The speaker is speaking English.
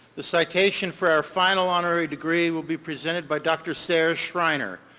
the citation for our final honorary degree will be presented by dr. sarah schreiner.